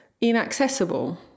inaccessible